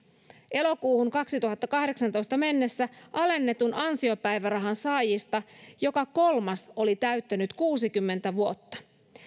elokuuhun kaksituhattakahdeksantoista mennessä alennetun ansiopäivärahan saajista joka kolmas oli täyttänyt kuusikymmentä vuotta